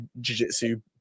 jiu-jitsu